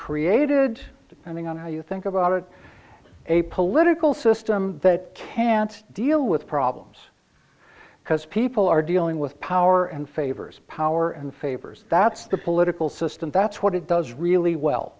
created depending on how you think about it a political system that can't deal with problems because people are dealing with power and favors power and favors that's the political system that's what it does really well